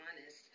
honest